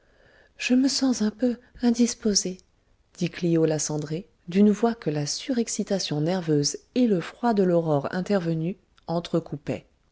je me sens un peu indisposée dit clio la cendrée d'une voix que la surexcitation nerveuse et le froid de l'aurore intervenue